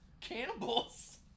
Cannibals